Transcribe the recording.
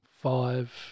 five